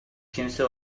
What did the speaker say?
kimse